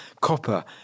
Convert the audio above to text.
copper